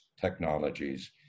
technologies